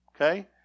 okay